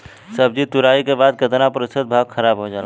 सब्जी तुराई के बाद केतना प्रतिशत भाग खराब हो जाला?